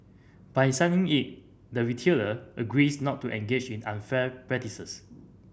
by signing it the retailer agrees not to engage in unfair practices